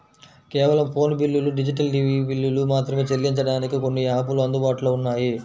కేవలం ఫోను బిల్లులు, digital TV బిల్లులు మాత్రమే చెల్లించడానికి కొన్ని యాపులు అందుబాటులో ఉన్నాయి